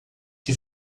que